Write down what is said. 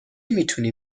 میتونی